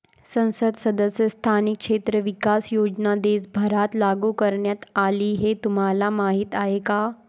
संसद सदस्य स्थानिक क्षेत्र विकास योजना देशभरात लागू करण्यात आली हे तुम्हाला माहीत आहे का?